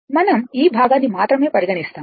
మనం ఈ భాగాన్ని మాత్రమే పరిగణిస్తాము